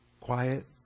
quiet